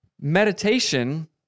meditation